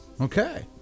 Okay